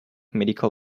medical